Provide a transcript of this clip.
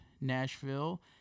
Nashville